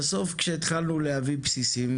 בסוף כשהתחלנו להביא בסיסים